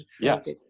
yes